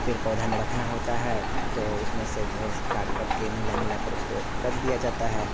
पेड़ पौधे में रखना होता है तो उसमें से जो है काट काट कर मिला मिला कर उसको रख दिया जाता है